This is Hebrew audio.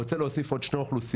אני רוצה להוסיף עוד שני אוכלוסיות,